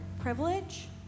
privilege